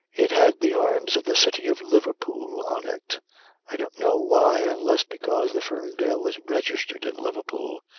it had the arms of the city of liverpool on it i don't know why unless because the ferndale was registered in liverpool.